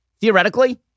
theoretically